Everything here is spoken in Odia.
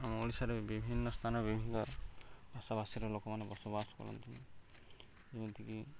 ଆମ ଓଡ଼ିଶାରେ ବିଭିନ୍ନ ସ୍ଥାନ ବିଭିନ୍ନ ଭାଷାଭାଷୀର ଲୋକମାନେ ବସବାସ କରନ୍ତି ଯେମିତିକି